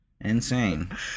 insane